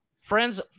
Friends